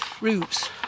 Roots